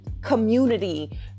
community